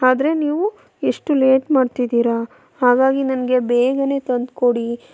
ಆದರೆ ನೀವು ಎಷ್ಟು ಲೇಟ್ ಮಾಡ್ತಿದ್ದೀರ ಹಾಗಾಗಿ ನನಗೆ ಬೇಗನೆ ತಂದ್ಕೊಡಿ